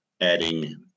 adding